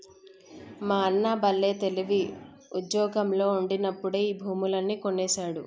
మా అన్న బల్లే తెలివి, ఉజ్జోగంలో ఉండినప్పుడే ఈ భూములన్నీ కొనేసినాడు